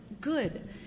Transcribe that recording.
good